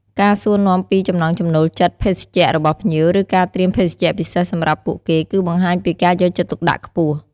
ការសួរនាំពីចំណង់ចំណូលចិត្តភេសជ្ជៈរបស់ភ្ញៀវ ឬការត្រៀមភេសជ្ជៈពិសេសសម្រាប់ពួកគេ គឺបង្ហាញពីការយកចិត្តទុកដាក់ខ្ពស់។